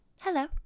Hello